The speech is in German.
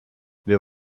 wir